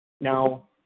Now